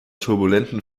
turbulenten